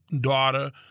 daughter